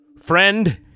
friend